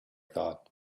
thought